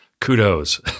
kudos